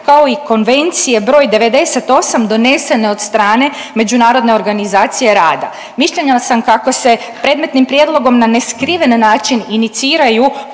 kao i konvencije broj 98. donesene od strane Međunarodne organizacije rada. Mišljenja sam kako se predmetnim prijedlogom na neskriven način iniciraju